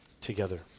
together